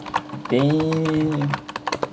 damn